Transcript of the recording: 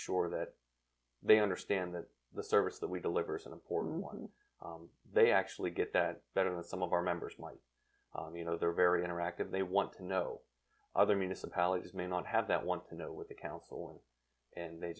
sure that they understand that the service that we delivers an important one they actually get that better that some of our members one you know they're very interactive they want to know other municipalities may not have that want to know what the council and